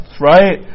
right